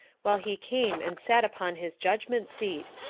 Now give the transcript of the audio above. while he came and sat upon his judgment-seat,